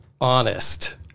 honest